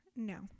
No